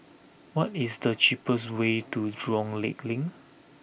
what is the cheapest way to Jurong Lake Link